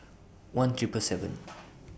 one Triple seven